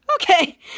Okay